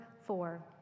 four